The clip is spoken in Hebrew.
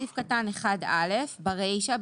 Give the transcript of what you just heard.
בסעיף קטן (א1) - ברישה,